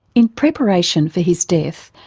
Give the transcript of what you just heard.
in preparation for his death,